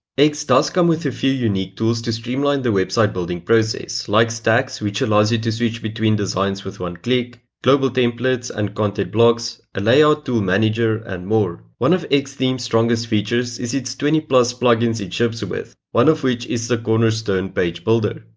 x does come with a few unique tools to streamline the website building process like stacks which allows you to switch between designs with one click, global templates and content blogs, a layout tool manager and more. one of x theme's strongest features is its twenty plugins plugins it ships with, one of which is the cornerstone page builder.